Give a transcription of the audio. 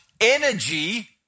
energy